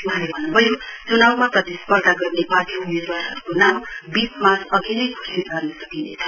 वहाँले भन्नुभयो चुनाउमा प्रतिस्पर्धा गर्ने पार्टी उम्मेदवारहरुको नाउँ वीस मार्च अघि नै घोषित गर्न सकिनेछ